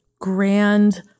grand